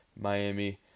Miami